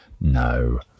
No